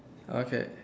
okay